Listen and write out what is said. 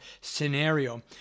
scenario